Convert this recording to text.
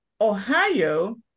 ohio